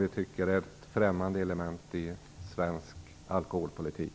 Vi tycker att det är ett främmande element i svensk alkoholpolitik.